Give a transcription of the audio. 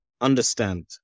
understand